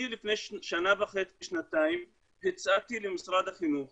לפני שנה וחצי-שנתיים הצעתי למשרד החינוך